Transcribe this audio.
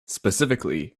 specifically